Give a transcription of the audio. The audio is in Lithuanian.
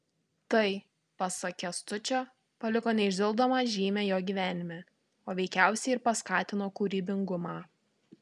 tai pasak kęstučio paliko neišdildomą žymę jo gyvenime o veikiausiai ir paskatino kūrybingumą